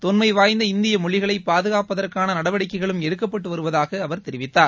தொன்மைவாய்ந்த இந்திய மொழிகளை பாதுகாப்பதற்கான நடவடிக்கைகளும் எடுக்கப்பட்டு வருவதாக அவர் கூறினார்